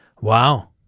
Wow